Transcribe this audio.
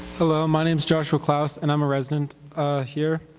hello, my name is joshua claus, and i'm a resident here.